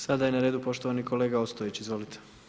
Sada je na redu poštovani kolega Ostojić, izvolite.